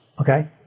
okay